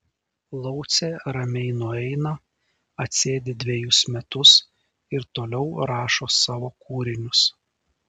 laucė ramiai nueina atsėdi dvejus metus ir toliau rašo savo kūrinius